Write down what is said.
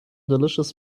delicious